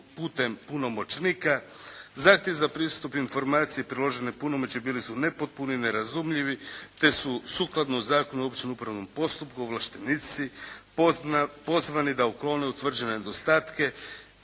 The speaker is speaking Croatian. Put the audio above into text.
putem punomoćnika. Zahtjev za pristup informaciji i priložene punomoći bili su nepotpuni i nerazumljivi, te su sukladno Zakonu o općem upravnom postupku ovlaštenici pozvani da uklone utvrđene nedostatke.